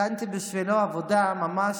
הכנתי בשבילו עבודה ממש,